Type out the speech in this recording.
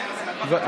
לוועדת,